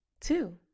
Two